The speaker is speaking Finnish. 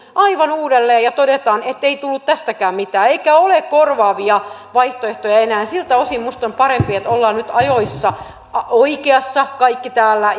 aivan uudelleen ja toteamme ettei tullut tästäkään mitään eikä ole korvaavia vaihtoehtoja enää siltä osin minusta on parempi että olemme nyt ajoissa oikeassa kaikki täällä